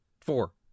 Four